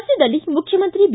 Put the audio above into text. ರಾಜ್ಞದಲ್ಲಿ ಮುಖ್ಯಮಂತ್ರಿ ಬಿ